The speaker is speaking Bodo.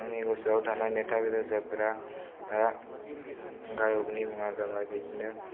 आंनि गोसोआव थानाय मेथाय रोजाबग्रा आ गायगनि मुङा जाबाय बिदिनो